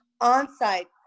on-site